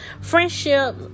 friendship